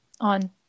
on